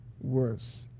worse